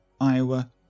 Iowa